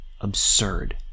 absurd